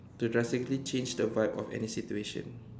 to drastically change the vibe of any situation